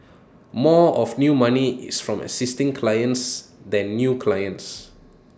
more of new money is from existing clients than new clients